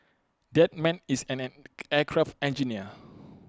that man is an aircraft engineer